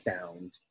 found